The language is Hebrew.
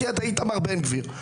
כי אתה איתמר בן גביר.